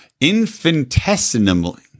Infinitesimally